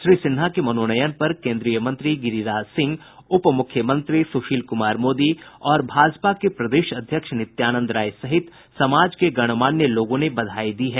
श्री सिन्हा के मनोनयन पर केन्द्रीय मंत्री गिरिराज सिंह उपमुख्यमंत्री सुशील कुमार मोदी और भाजपा के प्रदेश अध्यक्ष नित्यानंद राय सहित समाज के गणमान्य लोगों ने बधाई दी है